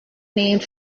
named